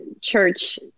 church